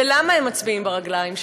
ולמה הם מצביעים ברגליים שלהם?